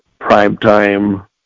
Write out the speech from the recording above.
primetime